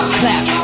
clap